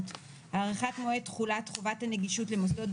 בפתח תקווה,